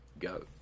go